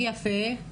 יפה.